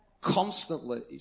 constantly